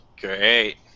Great